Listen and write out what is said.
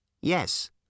Yes